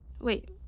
Wait